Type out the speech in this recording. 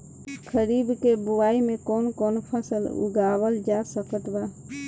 खरीब के बोआई मे कौन कौन फसल उगावाल जा सकत बा?